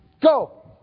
Go